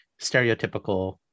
stereotypical